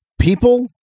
people